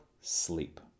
sleep